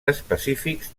específics